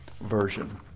version